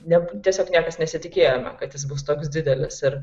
ne tiesiog niekas nesitikėjome kad jis bus toks didelis ir